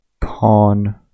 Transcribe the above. Pawn